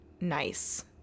nice